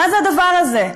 מה זה הדבר הזה?